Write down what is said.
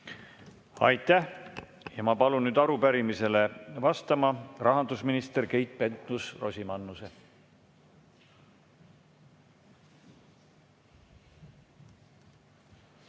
Aitäh! Ja ma palun arupärimisele vastama rahandusminister Keit Pentus-Rosimannuse.